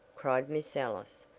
cried miss ellis,